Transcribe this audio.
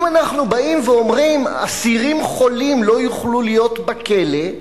אם אנחנו באים ואומרים: אסירים חולים לא יוכלו להיות בכלא,